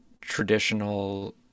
traditional